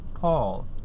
Paul